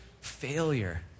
failure